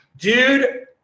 Dude